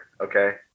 Okay